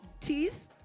Teeth